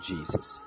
Jesus